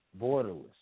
borderless